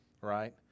right